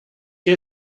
que